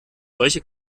solche